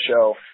show